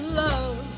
love